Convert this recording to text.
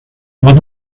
what